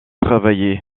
travaillé